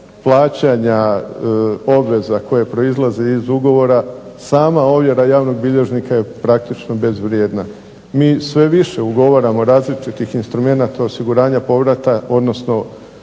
plaćanja obveza koje proizlaze iz ugovora sama ovjera javnog bilježnika je praktično bezvrijedna. Mi sve više ugovaramo različitih instrumenata osiguranja povrata, odnosno